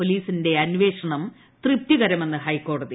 പോലീസിന്റെ അന്വേഷണം തൃപ്തികരമെന്ന് ഹൈക്കോടതി